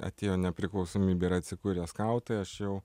atėjo nepriklausomybė ir atsikurė skautai aš jau